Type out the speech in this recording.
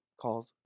called